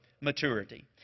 maturity